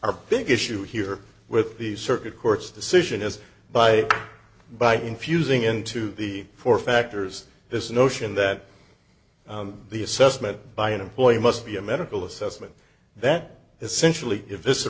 big issue here with the circuit court's decision is by by infusing into the four factors this notion that the assessment by an employee must be a medical assessment that essentially if this